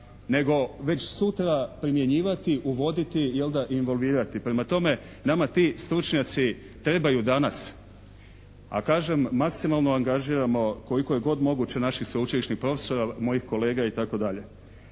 nego već sutra primjenjivati, uvoditi i involvirati. Prema tome, nama ti stručnjaci trebaju danas. A kažem, maksimalno angažiramo koliko je god moguće naših sveučilišnih profesora, mojih kolega itd.